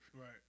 Right